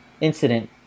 incident